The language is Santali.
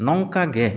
ᱱᱚᱝᱠᱟᱜᱮ